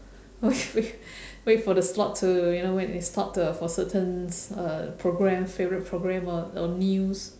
wait wait wait for the slot to you know when it stop to for certain uh program favourite program or or news